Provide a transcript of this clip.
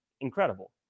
Incredible